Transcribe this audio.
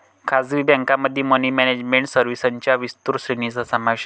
खासगी बँकेमध्ये money management सर्व्हिसेसच्या विस्तृत श्रेणीचा समावेश आहे